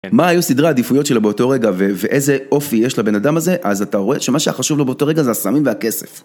מה היו סדרי העדיפויות שלו באותו רגע, ואיזה אופי יש לבן אדם הזה, אז אתה רואה שמה שהיה חשוב לו באותו רגע זה הסמים והכסף.